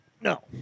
No